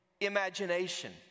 imagination